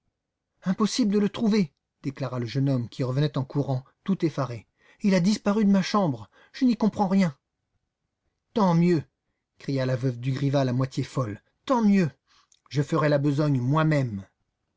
impossible de le trouver déclara le jeune homme qui revenait en courant tout effaré il a disparu de ma chambre je n'y comprends rien tant mieux cria la veuve dugrival à moitié folle tant mieux je ferai la besogne moi-même